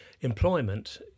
employment